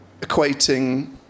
equating